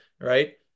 right